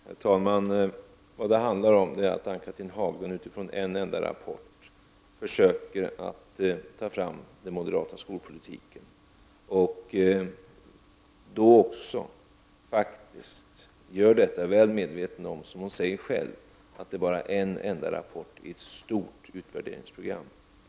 Herr talman! Vad det handlar om är att Ann-Cathrine Haglund utifrån en enda rapport försöker ta fram den moderata skolpolitiken och att göra detta, väl medveten om — som hon säger själv — att det bara är en enda rapport i ett stort utvärderingsprogram.